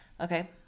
Okay